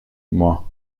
moi